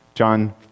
John